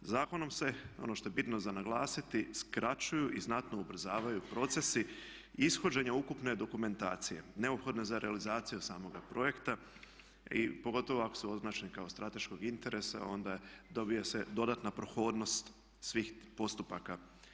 Zakonom se, ono što je bitno za naglasiti, skraćuju i znatno ubrzavaju procesi ishođenja ukupne dokumentacije neophodne za realizaciju samog projekta i pogotovo ako se označi od strateškog interesa onda dobije se dodatna prohodnost svih postupaka.